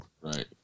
Right